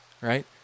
right